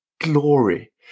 glory